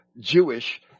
Jewish